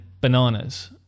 bananas